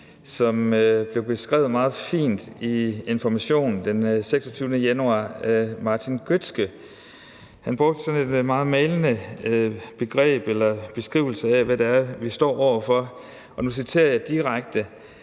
som blev beskrevet meget fint i Information fra den 24. januar af Martin Gøttske, og han brugte en meget malende beskrivelse af, hvad det er, vi står over for, og nu citerer jeg direkte: